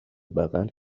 بغل